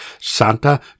Santa